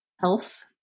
Health